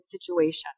situation